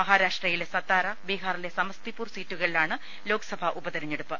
മഹാരാഷ്ട്രയിലെ സത്താറ ബീഹാറിലെ സമസ്തിപൂർ സീറ്റുകളിലാണ് ലോക്സഭാ ഉപതെരഞ്ഞെ ടുപ്പ്